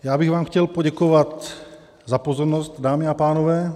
Já bych vám chtěl poděkovat za pozornost, dámy a pánové.